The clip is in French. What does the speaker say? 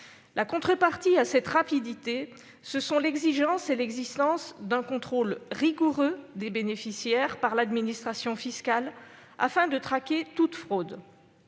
Les contreparties à cette rapidité sont l'exigence et l'existence d'un contrôle rigoureux des bénéficiaires par l'administration fiscale, afin de traquer toute fraude.